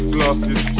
Glasses